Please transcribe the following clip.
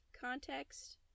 context